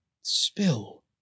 spill